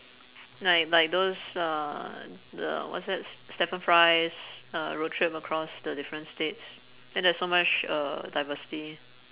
like like those uh the what's that stephen-fry's road trip across the different states then there is so much uh diversity